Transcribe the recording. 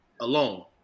alone